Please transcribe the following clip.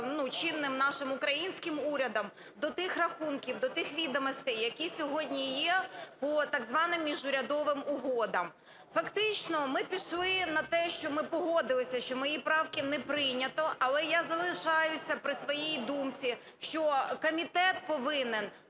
чинним нашим українським урядом, до тих рахунків, до тих відомостей, які сьогодні є по так званим міжурядовим угодам. Фактично, ми пішли на те, що ми погодилися, що мої правки не прийнято. Але я залишаюся при своїй думці, що комітет повинен